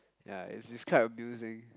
ya it's it's quite amusing